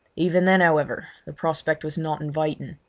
even then, however, the prospect was not inviting.